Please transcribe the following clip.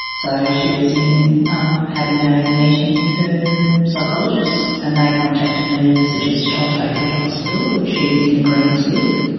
so she was in um having a meeting with her psychologist and they contacted me and suggested ah i take her to hospital, which she was in agreeance with.